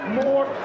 more